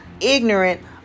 ignorant